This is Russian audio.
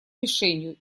мишенью